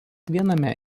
viename